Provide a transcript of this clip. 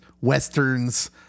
westerns